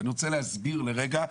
ואני רוצה להסביר לרגע,